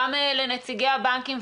גם לנציגי הבנקים,